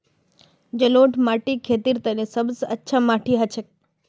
जलौढ़ माटी खेतीर तने सब स अच्छा माटी हछेक